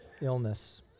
illness